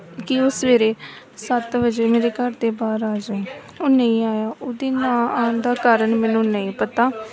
ਕਿ ਉਹ ਸਵੇਰੇ ਸੱਤ ਵਜੇ ਮੇਰੇ ਘਰ ਦੇ ਬਾਹਰ ਆ ਜਾਓ ਉਹ ਨਹੀਂ ਆਇਆ ਉਹਦੇ ਨਾ ਆਉਣ ਦਾ ਕਾਰਨ ਮੈਨੂੰ ਨਹੀਂ ਪਤਾ